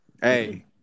Hey